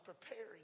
preparing